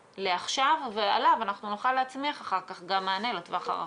לעכשיו ועליו אנחנו נוכל להצמיח גם מענה לטווח הרחוק?